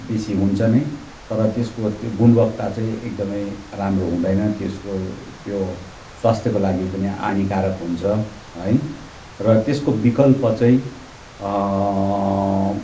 बेसी हुन्छ नै तर त्यसको त्यो गुणवत्ता चाहिँ एकदमै राम्रो हुँदैन त्यसको त्यो स्वास्थ्यकोलागि पनि हानिकारक हुन्छ है र त्यसको विकल्प चाहिँ